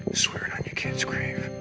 swear it on your kid's grave, you